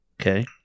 okay